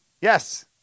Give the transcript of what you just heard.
Yes